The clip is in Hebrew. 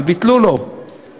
וביטלו לו את זה.